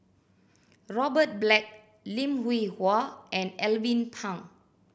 Robert Black Lim Hwee Hua and Alvin Pang